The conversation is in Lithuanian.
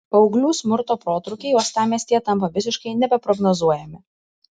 paauglių smurto protrūkiai uostamiestyje tampa visiškai nebeprognozuojami